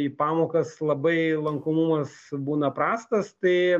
į pamokas labai lankomumas būna prastas tai